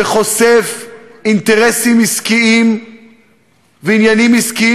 שחושף אינטרסים עסקיים ועניינים עסקיים